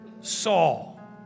Saul